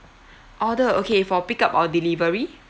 order okay for pick up or delivery